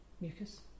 mucus